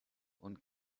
und